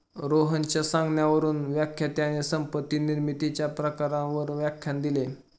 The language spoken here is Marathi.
रोहनच्या सांगण्यावरून व्याख्यात्याने संपत्ती निर्मितीच्या प्रकारांवर व्याख्यान दिले